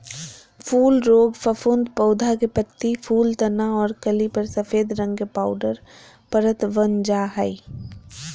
फूल रोग फफूंद पौधा के पत्ती, फूल, तना आर कली पर सफेद रंग के पाउडर परत वन जा हई